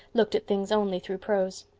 looked at things only through prose.